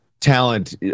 talent